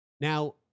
Now